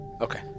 Okay